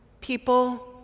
people